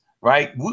right